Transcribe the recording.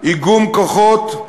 איגום כוחות,